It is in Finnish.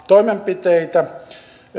toimenpiteitä